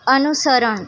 અનુસરણ